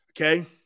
Okay